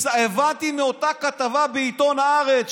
הבנתי מאותה כתבה בעיתון הארץ,